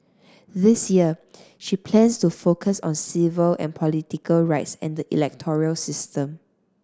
this year she plans to focus on civil and political rights and the electoral system